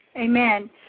Amen